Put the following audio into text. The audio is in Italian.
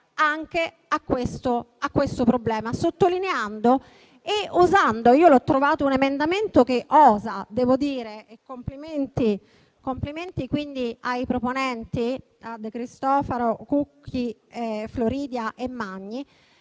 anche a questo problema, sottolineando e osando. Io l'ho trovato un emendamento che osa e devo fare i miei complimenti ai proponenti De Cristofaro, Cucchi, Floridia e Magni,